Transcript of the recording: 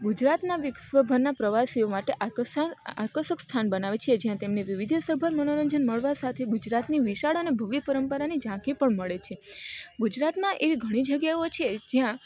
ગુજરાતના વિશ્વભરના પ્રવાસીઓ માટે આકરસર આકર્ષક સ્થાન બનાવે છે જ્યાં તેમને વૈવિધ્યસભર મનોરંજનમાં મળવા સાથે ગુજરાતની વિશાળ અને ભવ્ય પરંપરાની જાંખી પણ મળે છે ગુજરાતમાં એવી ઘણી જગ્યાઓ છે જ્યાં